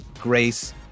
grace